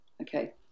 Okay